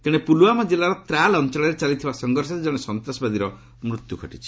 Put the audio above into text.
ତେଣେ ପୁଲୁୱାମା କିଲ୍ଲାର ତ୍ରାଲ୍ ଅଞ୍ଚଳରେ ଚାଲିଥିବା ସଂଘର୍ଷରେ ଜଣେ ସନ୍ତାସବାଦୀର ମୃତ୍ୟୁ ଘଟିଛି